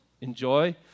enjoy